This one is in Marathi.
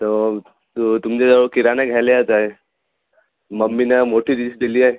तर तर तुमच्या जवळ किराणा घ्यायला यायचं आहे मम्मीनं मोठी लिस्ट दिली आहे